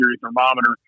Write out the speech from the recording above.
thermometer